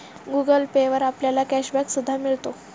Google Pay वर आपल्याला cash back सुद्धा मिळतो